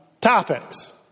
topics